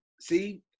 See